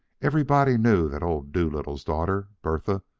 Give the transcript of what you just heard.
everybody knew that old doolittle's daughter, bertha,